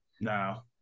No